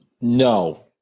No